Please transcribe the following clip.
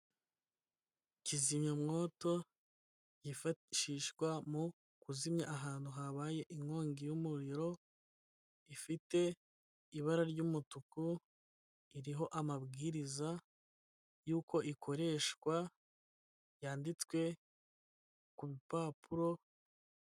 Kizimyamwoto yifashishwa mu kuzimya ahantu habaye inkongi y'umuriro ifite ibara ry'umutuku, iriho amabwiriza yuko ikoreshwa yanditswe ku bipapuro.